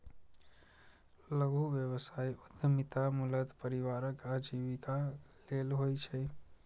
लघु व्यवसाय उद्यमिता मूलतः परिवारक आजीविका लेल होइ छै